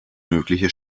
mögliche